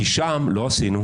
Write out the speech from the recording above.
לא עשינו.